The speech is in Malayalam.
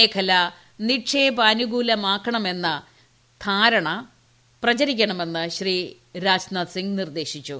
മേഖല നിക്ഷേപാനുകൂലമാക്കണമെന്ന ധാരണ പ്രചരിക്കണമെന്ന് ശ്രീ രാജ്നാഥ് സിംഗ് നിർദ്ദേശിച്ചു